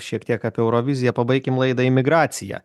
šiek tiek apie euroviziją pabaikim laida imigracija